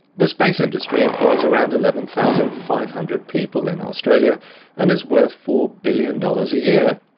the space industry employs around eleven thousand five hundred people in australia and is worth four billion dollars a year.